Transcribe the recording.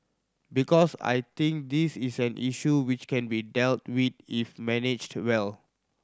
because I think this is an issue which can be dealt with if managed well